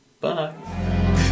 bye